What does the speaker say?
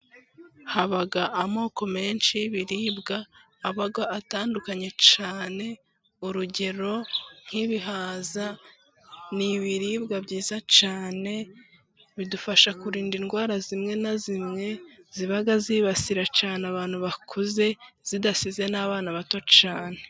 Haba amoko menshi y'ibiribwa aba atandukanye cyane, urugero: nk'ibihaza n' ibiribwa byiza cyane bidufasha kurinda indwara zimwe na zimwe, ziba zibasira cyane abantu bakuze zidasize n'abana bato cyane.